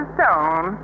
Stone